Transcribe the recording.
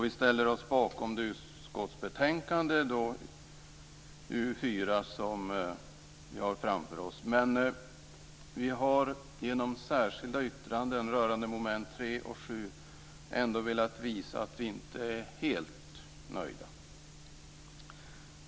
Vi ställer oss bakom utskottsbetänkandet UU4, men vi har genom särskilda yttranden rörande mom. 3 och 7 velat visa att vi ändå inte är helt nöjda.